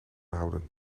houden